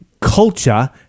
culture